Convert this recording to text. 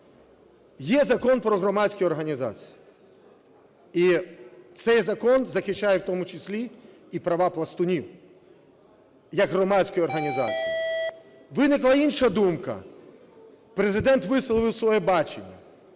Є Закон "Про громадські організації", і цей закон захищає, в тому числі і права пластунів як громадської організації. Виникла інша думка, Президент висловив своє бачення.